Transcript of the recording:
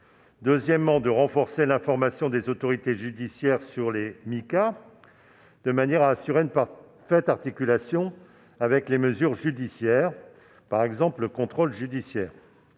deuxièmement, de renforcer l'information des autorités judiciaires sur les Micas, de manière à assurer une parfaite articulation avec les mesures judiciaires telles que le contrôle judiciaire